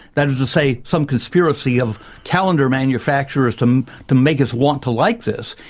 that is to say, some conspiracy of calendar manufacturers to um to make us want to like this,